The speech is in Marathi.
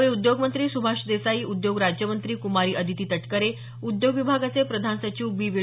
यावेळी उद्योगमंत्री सुभाष देसाई उद्योग राज्यमंत्री कुमारी अदिती तटकरे उद्योग विभागाचे प्रधान सचिव बी